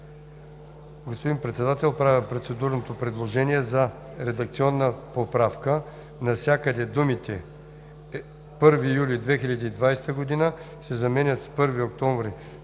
Господин Председател, правя процедурно предложение за редакционна поправка: навсякъде думите „1 юли 2020 г.“ да се заменят с „1 октомври 2020 г.“, а